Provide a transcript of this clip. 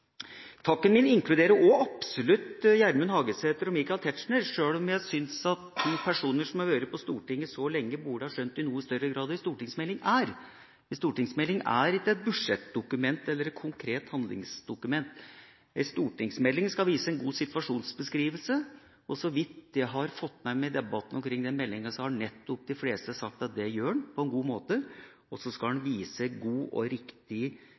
Takken min inkluderer også absolutt Gjermund Hagesæter og Michael Tetzschner, sjøl om jeg syns at to personer som har vært på Stortinget så lenge, i noe større grad burde ha skjønt hva en stortingsmelding er. En stortingsmelding er ikke et budsjettdokument eller et konkret handlingsdokument. En stortingsmelding skal vise en god situasjonsbeskrivelse, og så vidt jeg har fått med meg i debatten omkring den meldinga, har de fleste nettopp sagt at det gjør den på en god måte. Den skal også vise god og riktig